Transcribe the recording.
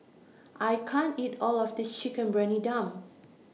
I can't eat All of This Chicken Briyani Dum